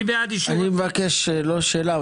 לא שאלה,